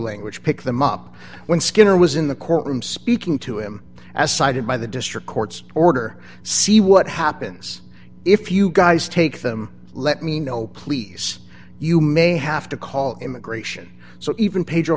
language pick them up when skinner was in the courtroom speaking to him as cited by the district court's order see what happens if you guys take them let me know please you may have to call immigration so even pedro